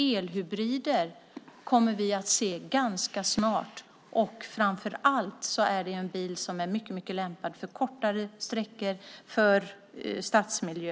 Elhybrider kommer vi att se ganska snart, och framför allt är det en bil som är mycket lämpad för kortare sträckor i stadsmiljö.